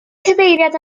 cyfeiriad